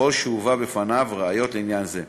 ככל שהובאו בפניו ראיות לעניין זה.